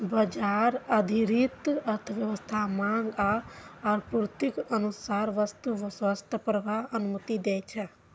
बाजार आधारित अर्थव्यवस्था मांग आ आपूर्तिक अनुसार वस्तुक स्वतंत्र प्रवाहक अनुमति दै छै